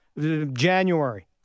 January